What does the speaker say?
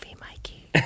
Mikey